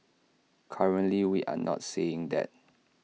currently we are not seeing that